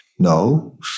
No